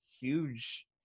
huge